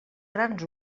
grans